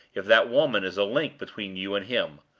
if that woman is a link between you and him.